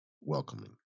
welcoming